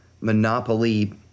monopoly